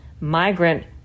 migrant